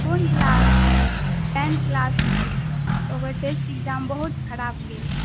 कोन किलासमे टेन्थ किलासमे अछि ओकर टेस्ट एग्जाम बहुत खराब गेल